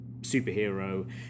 superhero